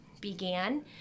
began